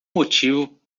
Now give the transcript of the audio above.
motivo